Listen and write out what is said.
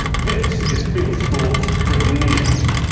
this is fieldsports britain news.